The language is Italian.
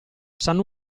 sanno